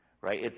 right